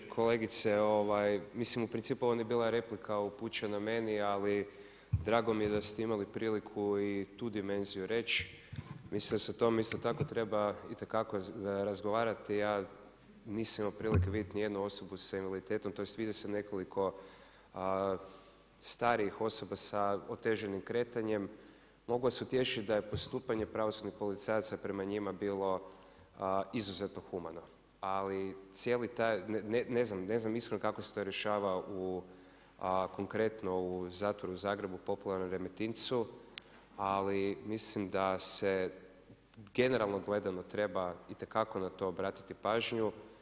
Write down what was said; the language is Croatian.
Kolegice mislim u principu ovo nije bila replika upućena meni, ali drago mi je da ste imali priliku i tu dimenziju reći, mislim da se o tome isto tako treba itekako razgovarati, ja nisam imao prilike vidjeti niti jednu osobu s invaliditetom, tj. vidio sam nekoliko starijih osoba sa otežanim kretanjem, mogu vas utješiti da je postupanje pravosudnih policajaca prema njima bilo izuzetno humano, ali cijeli taj, ne znam, iskreno, kako se to rješava u, konkretno u zatvoru Zagrebu, popularnom Remetincu, ali mislim da se generalno gleda treba itekako na to obratiti pažnju.